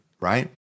right